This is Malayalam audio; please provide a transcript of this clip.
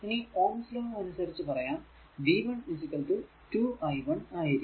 ഇനി ഓംസ് ലോ അനുസരിച്ചു പറയാം v 1 2 i1 ആയിരിക്കും